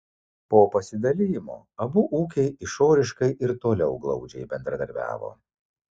po pasidalijimo abu ūkiai išoriškai ir toliau glaudžiai bendradarbiavo